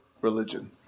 religion